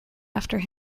after